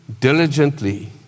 diligently